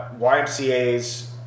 YMCA's